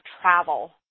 travel